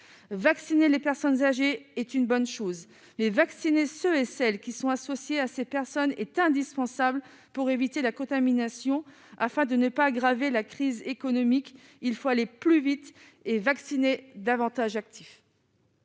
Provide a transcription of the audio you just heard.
vacciner les personnes âgées, est une bonne chose, les vacciner ceux et celles qui sont associés à ces personnes est indispensable pour éviter la contamination, afin de ne pas aggraver la crise économique, il faut aller plus vite et vacciner davantage actif.